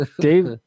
Dave